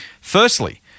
Firstly